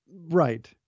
Right